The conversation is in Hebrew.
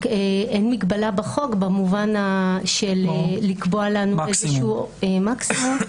אין מגבלה בחוק במובן של לקבוע לנו איזשהו מקסימום,